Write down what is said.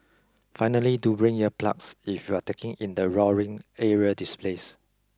finally do bring ear plugs if you are taking in the roaring aerial displays